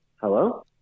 Hello